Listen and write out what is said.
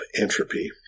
entropy